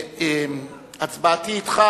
הצבעתי אתך,